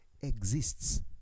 exists